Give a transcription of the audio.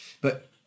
But-